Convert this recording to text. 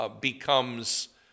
becomes